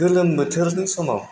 गोलोम बोथोरनि समाव